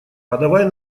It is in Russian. подавай